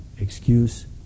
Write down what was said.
excuse